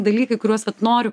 dalykai kuriuos vat noriu